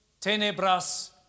Tenebras